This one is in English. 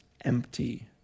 empty